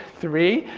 three.